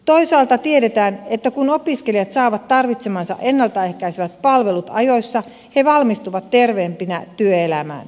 toisaalta tiedetään että kun opiskelijat saavat tarvitsemansa ennalta ehkäisevät palvelut ajoissa he valmistuvat terveempinä työelämään